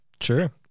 Sure